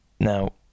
Now